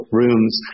rooms